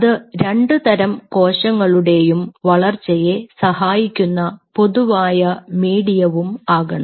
അത് രണ്ടുതരം കോശങ്ങളുടെയും വളർച്ചയെ സഹായിക്കുന്ന പൊതുവായ മീഡിയവും ആകണം